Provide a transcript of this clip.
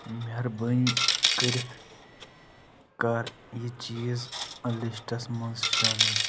مہربٲنی کٔرِتھ کر یہِ چیز لسٹس منز شٲمل